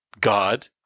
God